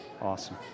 awesome